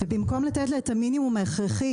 במקום לתת לה את המינימום ההכרחי